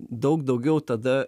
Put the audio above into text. daug daugiau tada